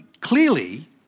clearly